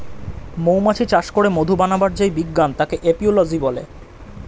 মৌমাছি চাষ করে মধু বানাবার যেই বিজ্ঞান তাকে এপিওলোজি বলে